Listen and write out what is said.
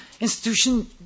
institution